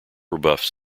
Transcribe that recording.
rebuffed